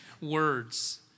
words